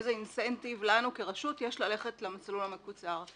איזה אינסנטיב לנו כרשות יש ללכת למסלול המקוצר.